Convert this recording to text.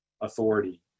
authority